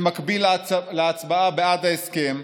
במקביל להצבעה בעד ההסכם,